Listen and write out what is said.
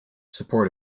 support